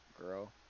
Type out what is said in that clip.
Girl